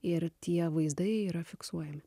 ir tie vaizdai yra fiksuojami